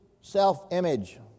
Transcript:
self-image